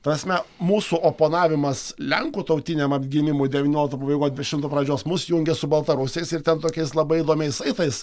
tasme mūsų oponavimas lenkų tautiniam atgimimui devyniolikto pabaigoj dvidešimto pradžios mus jungia su baltarusiais ir ten tokiais labai įdomiais saitais